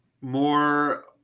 more